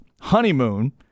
honeymoon